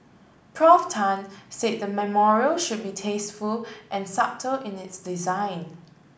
Prof Tan said the memorial should be tasteful and subtle in its design